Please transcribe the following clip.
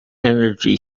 energy